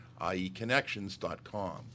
ieconnections.com